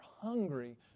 hungry